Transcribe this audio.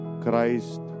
christ